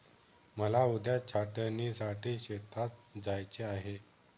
मला उद्या छाटणीसाठी शेतात जायचे आहे